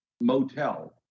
Motel